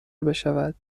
بشود